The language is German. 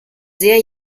sehr